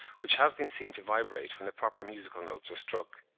which have been seen to vibrate when the proper musical notes are struck.